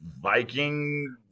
Viking